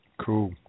Cool